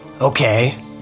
Okay